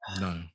No